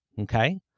Okay